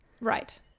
Right